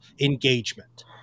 engagement